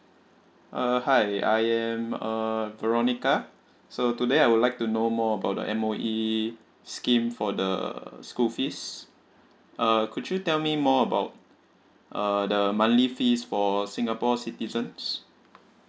uh hi I am uh veronica so today I would like to know more about the M_O_E scheme for the school fees uh could you tell me more about uh the monthly fees for singapore citizens